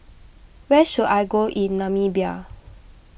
where should I go in Namibia